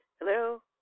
Hello